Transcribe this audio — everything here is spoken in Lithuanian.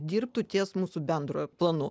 dirbtų ties mūsų bendru planu